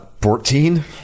Fourteen